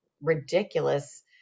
Ridiculous